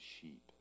sheep